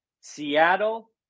Seattle